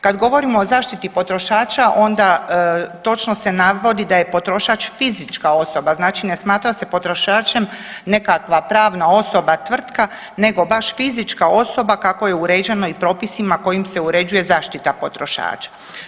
Kad govorimo o zaštiti potrošača, onda točno se navodi da je potrošač fizička osoba, znači ne smatra se potrošačem nekakva pravna osoba, tvrtka, nego baš fizička osoba kako je uređeno i propisima kojima se uređuje i zaštita potrošača.